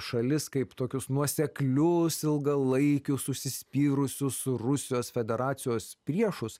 šalis kaip tokius nuoseklius ilgalaikius užsispyrusius rusijos federacijos priešus